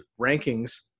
rankings